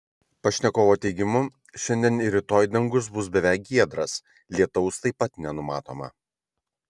pašnekovo teigimu šiandien ir rytoj dangus bus beveik giedras lietaus taip pat nenumatoma